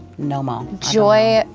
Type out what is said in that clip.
no mo', um joy,